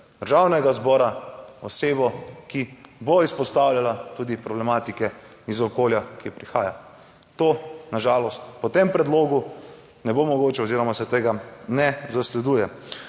Državnega zbora osebo, ki bo izpostavljala tudi problematike iz okolja, ki prihaja. To na žalost po tem predlogu ne bo mogoče oziroma se tega ne zasleduje.